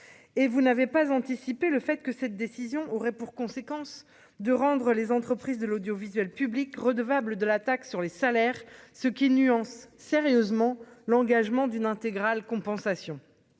et vous n'avez pas anticipé le fait que cette décision aurait pour conséquence de rendre les entreprises de l'audiovisuel public redevables de la taxe sur les salaires, ce qui nuance sérieusement l'engagement d'une intégrale compensation